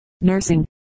nursing